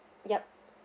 yup